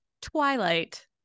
Twilight